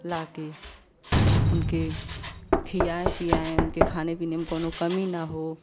ला के उनके खियाएँ पियाएँ उनके खाने पीने में कोनो कमी न हो